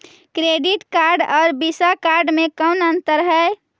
Credit card और visa card मे कौन अन्तर है?